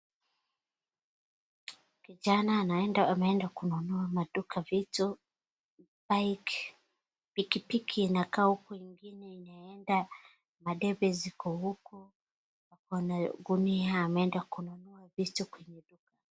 Kijana ameenda kununua maduka vitu. [pcs]Bike , pikipiki inakaa huku ingine inaenda. Madebe ziko huku. Ako na gunia ameenda kununua vitu kwenye duka.